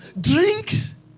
drinks